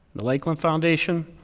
the lakeland foundation.